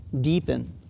deepen